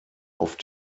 auf